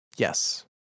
Yes